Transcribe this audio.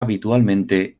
habitualmente